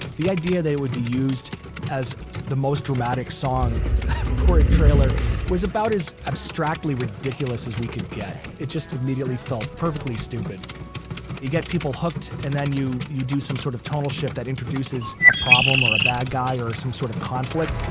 the idea that it would be used as the most dramatic song for a trailer was about as abstractly ridiculous as we could get it just immediately felt perfectly stupid you get people hooked and then you you do some sort of tonal shift that introduces a problem or a bad guy or some sort of conflict